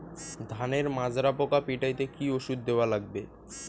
ধানের মাজরা পোকা পিটাইতে কি ওষুধ দেওয়া লাগবে?